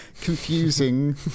confusing